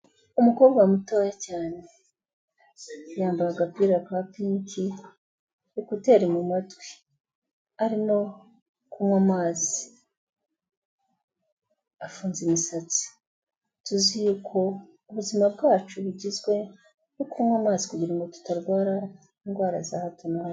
Umukobwa mutoya cyane yambaye agapira ka pinki, ekuteri mu matwi, ari no kunywa amazi. Afunze imisatsi, tuzi yuko ubuzima bwacu bugizwe no kunywa amazi kugira ngo tutarwara indwara za hato na hato.